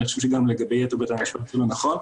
אני חושב שגם לגבי יתר בתי המשפט זה לא נכון.